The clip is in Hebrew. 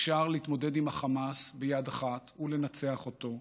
אפשר להתמודד עם החמאס ביד אחת ולנצח אותו.